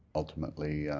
ultimately